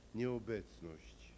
nieobecność